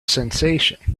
sensation